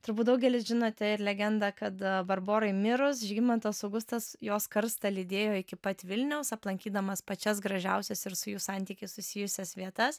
turbūt daugelis žinote ir legendą kad barborai mirus žygimantas augustas jos karstą lydėjo iki pat vilniaus aplankydamas pačias gražiausias ir su jų santykiais susijusias vietas